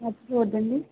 మర్చిపోవద్దండి